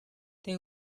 they